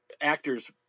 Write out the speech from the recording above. actors